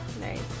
Nice